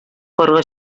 карга